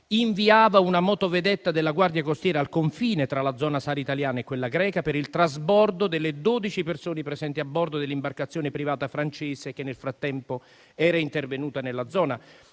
inviava una motovedetta della Guardia costiera al confine tra la zona SAR italiana e quella greca per il trasbordo delle 12 persone presenti a bordo dell'imbarcazione privata francese che, nel frattempo, era intervenuta nella zona.